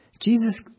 Jesus